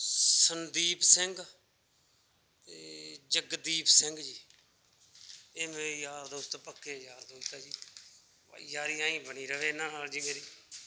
ਸੰਦੀਪ ਸਿੰਘ ਅਤੇ ਜਗਦੀਪ ਸਿੰਘ ਜੀ ਇਹ ਮੇਰੇ ਯਾਰ ਦੋਸਤ ਪੱਕੇ ਯਾਰ ਦੋਸਤ ਆ ਜੀ ਯਾਰੀ ਐਈਂ ਬਣੀ ਰਵੇ ਇਹਨਾਂ ਨਾਲ ਜੀ ਮੇਰੀ